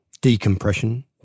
decompression